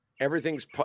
everything's